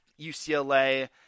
UCLA